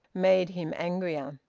made him angrier.